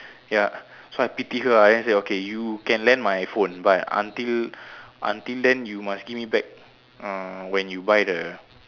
ya so I pity her ah then I say okay you can lend my phone but until until then you must give me back uh when you buy the